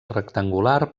rectangular